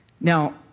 Now